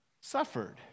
suffered